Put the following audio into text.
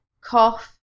cough